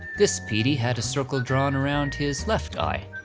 this petey had a circle drawn around his left eye,